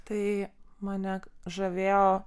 tai mane žavėjo